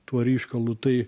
tuo ryškalu tai